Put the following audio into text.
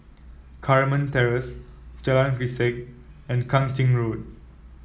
Carmen Terrace Jalan Grisek and Kang Ching Road